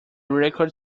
record